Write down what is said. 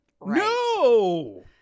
No